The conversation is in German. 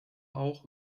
auch